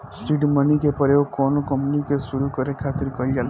seed money के प्रयोग कौनो कंपनी के सुरु करे खातिर कईल जाला